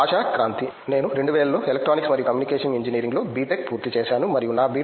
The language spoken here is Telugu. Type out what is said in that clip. ఆశా క్రాంతి నేను 2000 లో ఎలక్ట్రానిక్స్ మరియు కమ్యూనికేషన్ ఇంజనీరింగ్లో బి టెక్ పూర్తి చేశాను మరియు నా బి